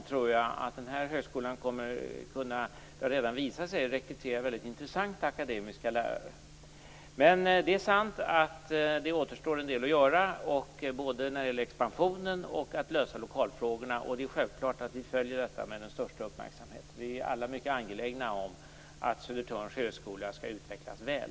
Det har redan visat sig att högskolan har kunnat rekrytera intressanta akademiska lärare. Det återstår en del att göra, både när det gäller expansionen och att lösa lokalfrågorna. Vi följer detta med den största uppmärksamhet. Vi är mycket angelägna om att Södertörns högskola skall utvecklas väl.